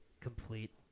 complete